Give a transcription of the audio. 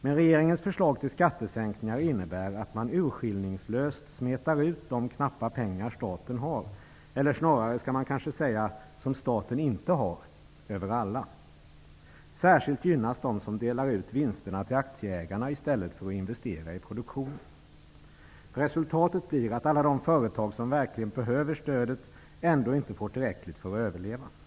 Men regeringens förslag till skattesänkningar innebär att man urskillningslöst smetar ut de knappa pengar staten har -- eller snarare kanske jag skall säga: som staten inte har -- över alla. Särskilt gynnas de företag som delar ut vinsterna till aktieägarna i stället för att investera vinsterna i produktionen. Resultatet blir att alla de företag som verkligen behöver stödet ändå inte får tillräckligt med resurser för att kunna överleva.